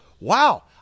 wow